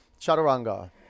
chaturanga